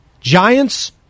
Giants